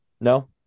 No